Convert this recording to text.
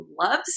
loves